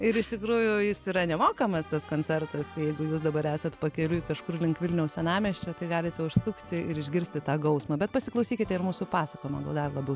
ir iš tikrųjų jis yra nemokamas tas koncertas tai jeigu jūs dabar esat pakeliui kažkur link vilniaus senamiesčio tai galite užsukti ir išgirsti tą gausmą bet pasiklausykite ir mūsų pasakojimo gal dar labiau